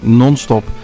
non-stop